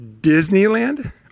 Disneyland